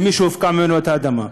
למי שהופקעה ממנו האדמה.